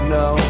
no